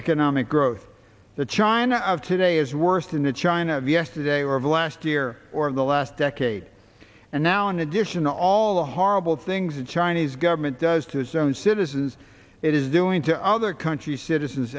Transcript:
economic growth the china of today is worse than the china of yesterday or of last year or of the last decade and now in addition to all the horrible things that chinese government does to his own citizens it is doing to other countries citizens